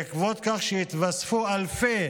בעקבות כך שהתווספו אלפי